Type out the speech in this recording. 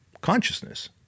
consciousness